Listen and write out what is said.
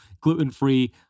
gluten-free